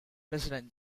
president